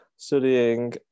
studying